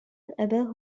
أباه